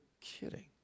kidding